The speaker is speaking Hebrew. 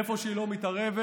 איפה שהיא לא מתערבת,